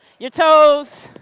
your toes.